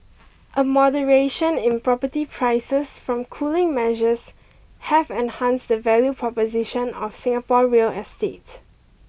a moderation in property prices from cooling measures have enhanced the value proposition of Singapore real estate